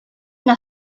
una